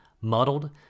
muddled